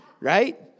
Right